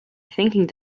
thinking